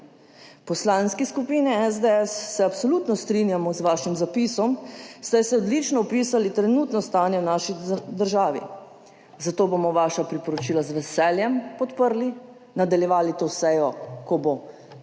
Poslanski skupini SDS se absolutno strinjamo z vašim zapisom, saj ste odlično opisali trenutno stanje v naši državi, zato bomo vaša priporočila z veseljem podprli, nadaljevali to sejo, ko bo